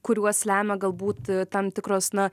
kuriuos lemia galbūt tam tikros na